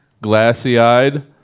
glassy-eyed